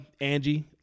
Angie